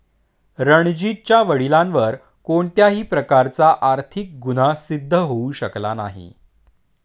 रणजीतच्या वडिलांवर कोणत्याही प्रकारचा आर्थिक गुन्हा सिद्ध होऊ शकला नाही